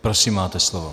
Prosím máte slovo.